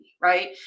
right